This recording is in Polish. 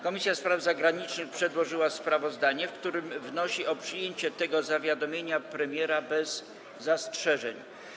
Komisja Spraw Zagranicznych przedłożyła sprawozdanie, w którym wnosi o przyjęcie tego zawiadomienia od premiera bez zastrzeżeń.